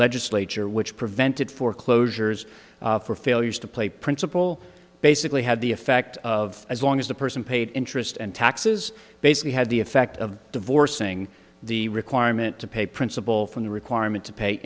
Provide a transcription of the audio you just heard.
legislature which prevented foreclosures for failures to play principal basically had the effect of as long as the person paid interest and taxes basically had the effect of divorcing the requirement to pay principal from the requirement to pay